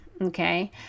okay